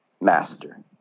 master